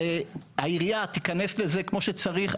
והעירייה תיכנס לזה כמו שצריך.